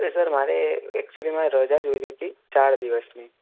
અરે સર મારે એક્ચ્યુલીમાં રજા જોઈતી હતી ચાર દિવસની